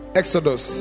exodus